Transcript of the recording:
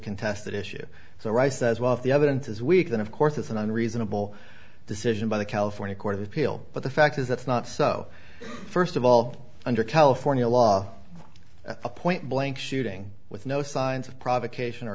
contested issue so rice says well if the evidence is weak then of course it's an on reasonable decision by the california court of appeal but the fact is that's not so first of all under california law a point blank shooting with no signs of provocation or